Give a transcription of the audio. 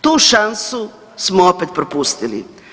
Tu šansu smo opet propustili.